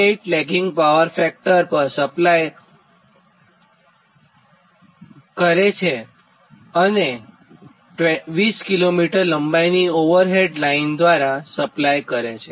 8 lagging power factor પર 20 કિમી લંબાઈની ઓવરહેડ ટ્રાન્સમિશન લાઇન દ્વારા સપ્લાય કરે છે